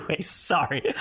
sorry